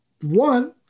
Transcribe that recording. one